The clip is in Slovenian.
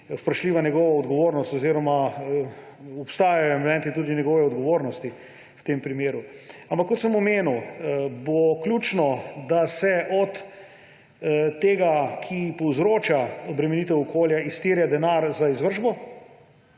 vprašljiva njegova odgovornost oziroma obstajajo elementi tudi njegove odgovornosti v tem primeru. Ampak kot sem omenil, bo ključno, da se od tega, ki povzroča obremenitev okolja, izterja denar za izvršbo.